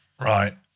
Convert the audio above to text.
Right